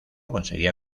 conseguía